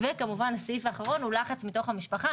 וכמובן, הסעיף האחרון זה לחץ מתוך המשפחה.